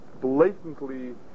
blatantly